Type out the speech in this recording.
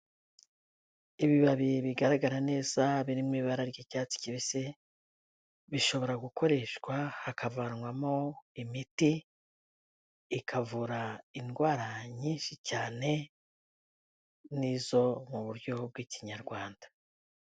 Ibibabi bigaragara neza biri mu ibara ry'icyatsi kibisi, bishobora gukoreshwa hakavanwamo imiti ikavura indwara nyinshi cyane n'izo mu buryo bw'ikinyarwanda.